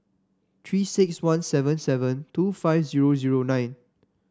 Three six one seven seven two five zero zero nine